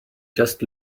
just